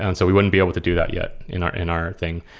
and so we wouldn't be able to do that yet in our in our thing.